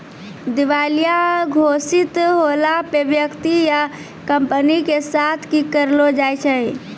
दिबालिया घोषित होला पे व्यक्ति या कंपनी के साथ कि करलो जाय छै?